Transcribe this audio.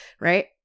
Right